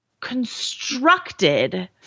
constructed –